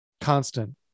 constant